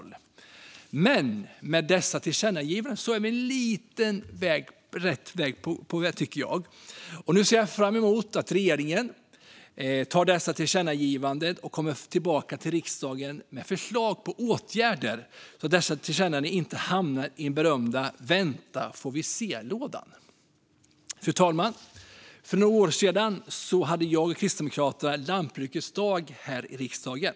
Men med dessa tillkännagivanden tycker jag att vi är lite grann på rätt väg. Nu ser jag fram emot att regeringen tar till sig dessa tillkännagivanden och kommer tillbaka till riksdagen med förslag på åtgärder så att dessa tillkännagivanden inte hamnar i den berömda vänta-får-vi-se-lådan. Fru talman! För några år sedan hade jag och Kristdemokraterna Lantbrukets dag här i riksdagen.